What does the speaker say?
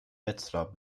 wetzlar